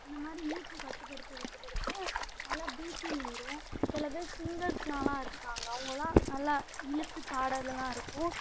அந்தமாதிரி மூச்சு கட்டுப்படுத்த கட்டுப்படுத்த நல்லா ப்ரீத்திங் வரும் சில பேர் சிங்கர்ஸால்லாம் இருப்பாங்க அவங்களாம் நல்லா இழுத்துப் பாடுறதெல்லாம் இருக்கும்